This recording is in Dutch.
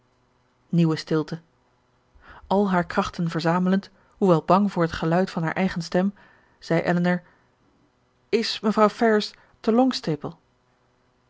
nieuwe stilte al haar krachten verzamelend hoewel bang voor t geluid van haar eigen stem zei elinor is mevrouw ferrars